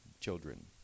children